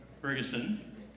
Ferguson